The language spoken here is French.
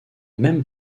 même